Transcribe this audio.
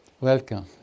Welcome